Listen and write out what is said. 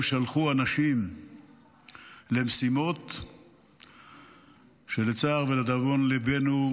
שלחו למשימות אנשים שלצערנו ולדאבון ליבנו,